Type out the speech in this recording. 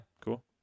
Cool